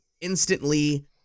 instantly